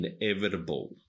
inevitable